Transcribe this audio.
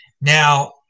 Now